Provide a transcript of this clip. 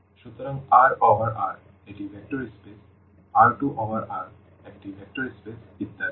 সুতরাং R over R একটি vector space R2 over R একটি ভেক্টর স্পেস ইত্যাদি